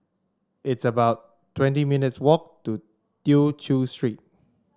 it's about twenty minutes' walk to Tew Chew Street